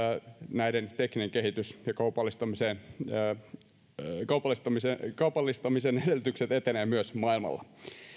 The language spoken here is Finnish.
näiden tekninen kehitys ja kaupallistamisen kaupallistamisen edellytykset etenevät myös maailmalla